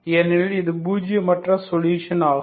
ஏனெனில் இது பூஜியமற்ற சொல்யூஷன் ஆகும்